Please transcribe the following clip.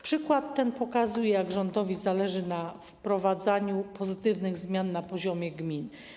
Przykład ten pokazuje, jak rządowi zależy na wprowadzaniu pozytywnych zmian na poziomie gmin.